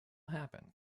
happen